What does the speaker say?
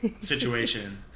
situation